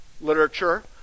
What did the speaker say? literature